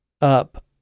up